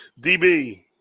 DB